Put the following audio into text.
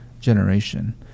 generation